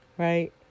Right